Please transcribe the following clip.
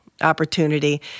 opportunity